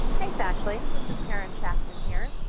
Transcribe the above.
thanks, ashley. this is karen shakman here.